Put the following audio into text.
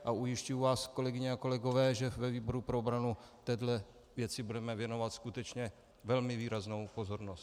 A ujišťuji vás, kolegyně a kolegové, že ve výboru pro obranu téhle věci budeme věnovat skutečně velmi výraznou pozornost.